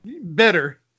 better